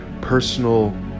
personal